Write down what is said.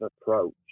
approach